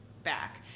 back